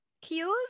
cues